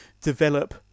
develop